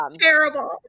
Terrible